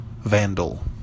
vandal